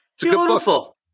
Beautiful